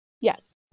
Yes